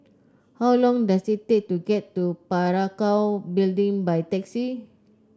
how long does it take to get to Parakou Building by taxi